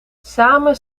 samen